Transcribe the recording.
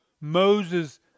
Moses